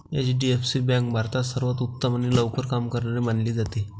HDFC bank भारतात सर्वांत उत्तम आणि लवकर काम करणारी मानली जाते